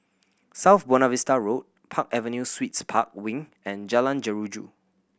South Buona Vista Road Park Avenue Suites Park Wing and Jalan Jeruju